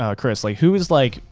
ah chris? like who is like,